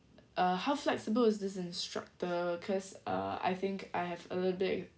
uh how flexible is this instructor cause uh I think I have a little bit